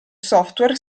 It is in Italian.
software